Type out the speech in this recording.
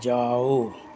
जाओ